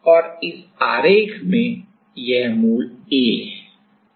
और इस आरेख में यह मूल A है